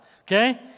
okay